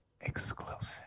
exclusive